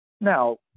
Now